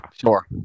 Sure